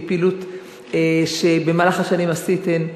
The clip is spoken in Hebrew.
מפעילות שבמהלך השנים עשיתן,